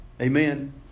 Amen